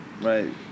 right